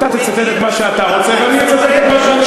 אתה תצטט את מה שאתה רוצה ואני אצטט את מה שאני רוצה.